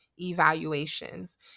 evaluations